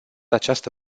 această